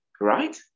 Right